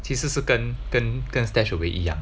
其实是跟跟跟 stash away 一样